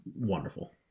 wonderful